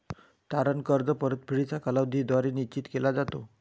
तारण कर्ज परतफेडीचा कालावधी द्वारे निश्चित केला जातो